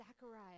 Zechariah